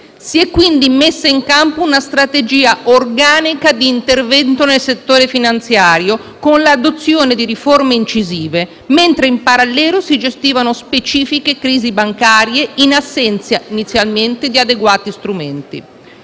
Si è quindi messa in campo una strategia organica di intervento nel settore finanziario, con l'adozione di riforme incisive, mentre in parallelo si gestivano specifiche crisi bancarie, in assenza, inizialmente, di adeguati strumenti.